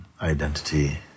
identity